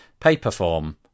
Paperform